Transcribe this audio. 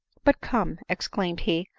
but come, exclaimed he,